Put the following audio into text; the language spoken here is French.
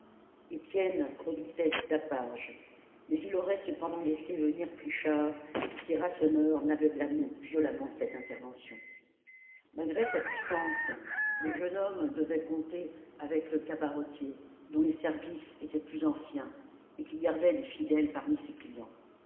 étienne redoutait du tapage mais il aurait cependant laissé venir pluchart si rasseneur n'avait blâmé violemment cette intervention malgré sa puissance le jeune homme devait compter avec le cabaretier dont les services étaient plus anciens et qui gardait des fidèles parmi ses clients